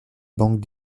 banque